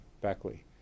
Beckley